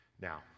now